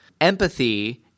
Empathy